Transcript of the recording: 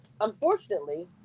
unfortunately